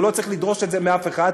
הוא לא צריך לדרוש את זה מאף אחד,